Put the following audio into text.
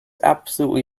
absolutely